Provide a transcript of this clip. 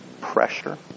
pressure